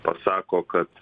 pasako kad